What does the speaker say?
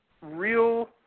real